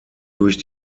durch